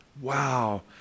Wow